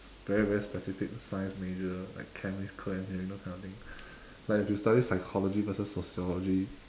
very very specific science major like chemical engineering those kind of thing like if you study physiology versus sociology